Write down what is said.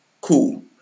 Cool